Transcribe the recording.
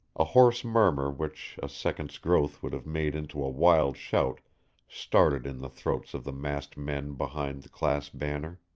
a hoarse murmur which a second's growth would have made into a wild shout started in the throats of the massed men behind the class banner.